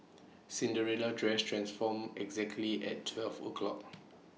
Cinderella's dress transformed exactly at twelve o' clock